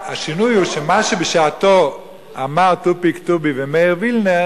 השינוי הוא שמה שבשעתו אמרו תופיק טובי ומאיר וילנר,